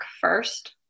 first